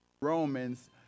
Romans